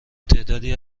تعدادی